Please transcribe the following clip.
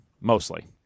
mostly